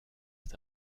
cet